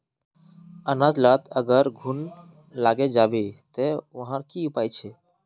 अनाज लात अगर घुन लागे जाबे ते वहार की उपाय छे?